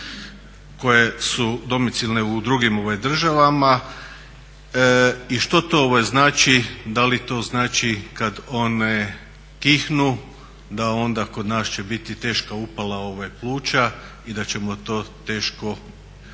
koje su domicilne u drugim državama i što to znači. Da li to znači kad one kihnu da onda kod nas će biti teška upala pluća i da ćemo to teško podnositi,